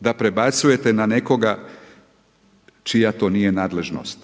da prebacujete na nekoga čija to nije nadležnost.